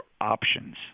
options